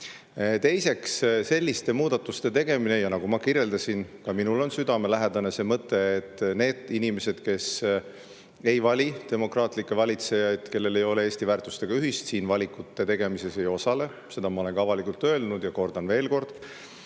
minna. Teiseks, selliste muudatuste tegemine ... Nagu ma kirjeldasin, on ka minule südamelähedane see mõte, et need inimesed, kes ei vali demokraatlikke valitsejaid, kellel ei ole Eesti väärtustega ühist, siin valikute tegemises ei osale. Seda ma olen ka avalikult öelnud ja kordan seda